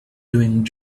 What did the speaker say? doing